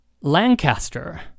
Lancaster